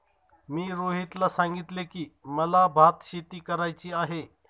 मी रोहितला सांगितले की, मला भातशेती करायची आहे